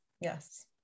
yes